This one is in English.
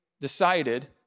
decided